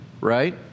right